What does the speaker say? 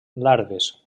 larves